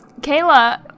Kayla